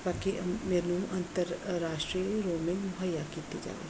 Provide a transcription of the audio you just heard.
ਬਾਕੀ ਮੈਨੂੰ ਅੰਤਰਰਾਸ਼ਟਰੀ ਰੋਮਿੰਗ ਮੁਹੱਈਆ ਕੀਤੀ ਜਾਵੇ